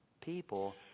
People